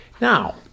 Now